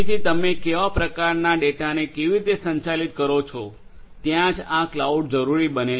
તેથી તમે કેવા પ્રકારના ડેટાને કેવી રીતે સંચાલિત કરો છો ત્યાં જ આ ક્લાઉડ જરૂરી બને છે